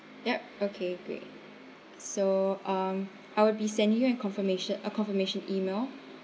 yup okay great so um I will be sending you a confirmation a confirmation email